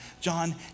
John